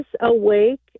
awake